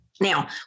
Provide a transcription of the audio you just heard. Now